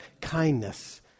kindness